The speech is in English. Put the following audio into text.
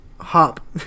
hop